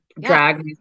drag